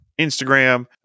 Instagram